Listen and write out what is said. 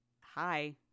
Hi